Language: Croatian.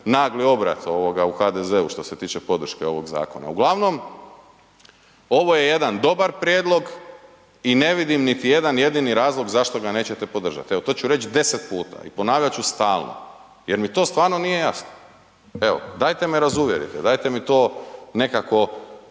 nagli obrat ovoga u HDZ-u što se tiče podrške ovog zakona. Uglavnom, ovo je jedan dobar prijedlog i ne vidim niti jedan jedini razlog zašto ga nećete podržat, evo to ću reć 10 puta i ponavljat ću stalno jer mi to stvarno nije jasno, evo dajte me razuvjerite, dajte mi to nekako